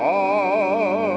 on